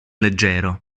leggero